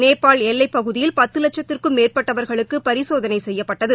நேபாள் எல்லைப்பகுதியில் பத்து லட்சத்திற்கும் மேற்பட்டவர்களுக்கு பரிசோதனை செய்யப்பட்டுள்ளது